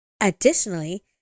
Additionally